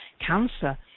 Cancer